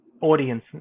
audience